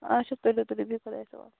اَچھا تُلِو تُلِو بہِو خۅدایَس حَوال